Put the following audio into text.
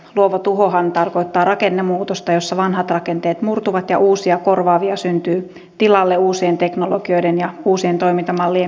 luova tuhohan tarkoittaa rakennemuutosta jossa vanhat rakenteet murtuvat ja uusia korvaavia syntyy tilalle uusien teknologioiden ja uusien toimintamallien myötä